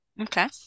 okay